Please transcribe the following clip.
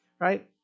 Right